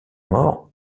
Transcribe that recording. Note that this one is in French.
mort